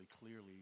clearly